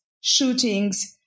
shootings